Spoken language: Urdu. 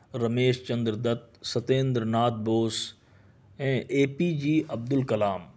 رمیش چندر دت ستیندر ناتھ بوس ہیں اے پی جی عبدالکلام